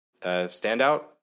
standout